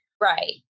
Right